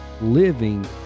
Living